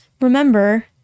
remember